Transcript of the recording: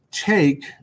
take